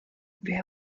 wer